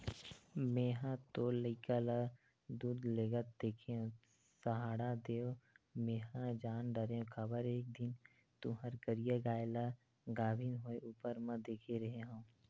मेंहा तोर लइका ल दूद लेगत देखेव सहाड़ा देव मेंहा जान डरेव काबर एक दिन तुँहर करिया गाय ल गाभिन होय ऊपर म देखे रेहे हँव